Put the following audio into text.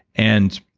and